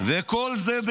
וכל זה,